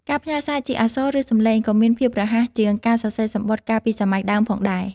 ការផ្ញើរសារជាអក្សរ ឬ សម្លេងក៏មានភាពរហ័សជាងការសរសេរសំបុត្រកាលពីសម័យដើមផងដែរ។